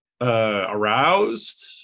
aroused